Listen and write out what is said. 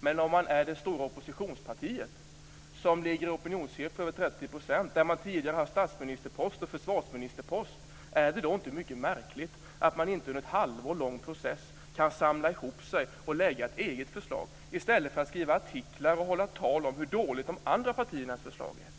Men om man tillhör det stora opinionspartiet med opinionssiffror som ligger runt 30 % och som tidigare haft statsministerposten och försvarsministerposten, är det då inte mycket märkligt att man under en halvårslång process inte kan samla sig och lägga fram ett eget förslag i stället för att skriva artiklar och hålla tal om hur dåligt de andra partiernas förslag är?